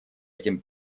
этим